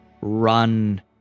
run